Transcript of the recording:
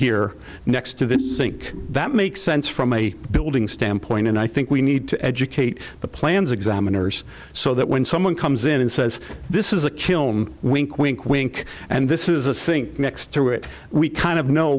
here next to the sink that makes sense from a building standpoint and i think we need to educate the plans examiners so that when someone comes in and says this is a kill him wink wink wink and this is a sink next to it we kind of know